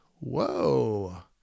Whoa